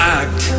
act